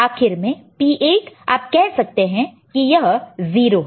आखिर में P8 आप कह सकते हैं कि यह 0 है